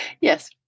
Yes